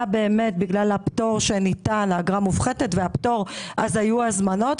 בגלל האגרה המופחתת והפטור שניתן היו הזמנות.